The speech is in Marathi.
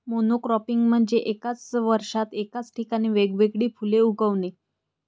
मोनोक्रॉपिंग म्हणजे एका वर्षात एकाच ठिकाणी वेगवेगळी फुले उगवणे